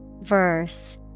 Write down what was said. Verse